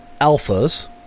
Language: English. alphas